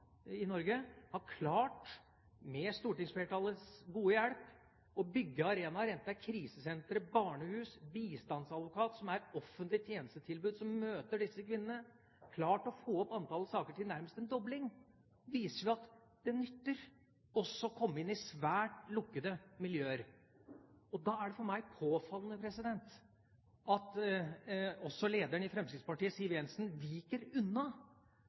i Norge – med stortingsflertallets gode hjelp å bygge arenaer enten det er krisesentre, barnehus, bistandsadvokat, som er offentlig tjenestetilbud, som møter disse kvinnene, og å få opp antall saker til nærmest en dobling, viser jo at det nytter også å komme inn i svært lukkede miljøer. Da er det for meg påfallende at også lederen i Fremskrittspartiet, Siv Jensen, viker unna